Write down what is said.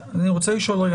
אני רוצה לשאול,